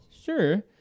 Sure